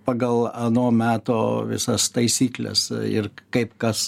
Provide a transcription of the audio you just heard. pagal ano meto visas taisykles ir kaip kas